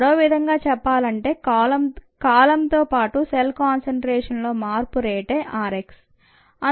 మరోవిధంగా చెప్పాలంటే కాలంతో పాటు సెల్ కాన్సంట్రేషన్లో మార్పు రేటే r x